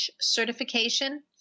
certification